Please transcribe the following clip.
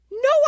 No